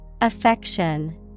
Affection